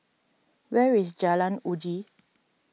where is Jalan Uji